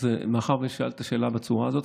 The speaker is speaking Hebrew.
מאחר ששאלת את השאלה בצורה הזאת,